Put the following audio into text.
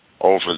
over